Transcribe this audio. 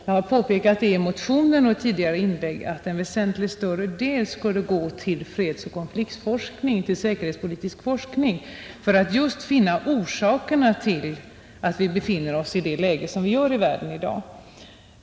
Jag har påpekat i motionen och i tidigare inlägg att en väsentligt större del av pengarna borde gå till fredsoch konfliktforskning och till säkerhetspolitisk forskning, för att just finna orsakerna till att vi befinner oss i det läge som vi gör i världen i dag.